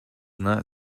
not